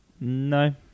no